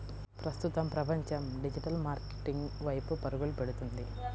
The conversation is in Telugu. ప్రస్తుతం ప్రపంచం డిజిటల్ మార్కెటింగ్ వైపు పరుగులు పెడుతుంది